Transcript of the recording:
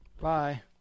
bye